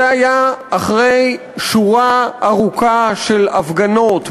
זה היה אחרי שורה ארוכה של הפגנות,